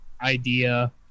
idea